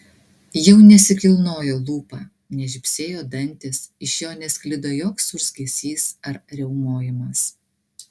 jau nesikilnojo lūpa nežybsėjo dantys iš jo nesklido joks urzgesys ar riaumojimas